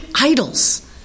idols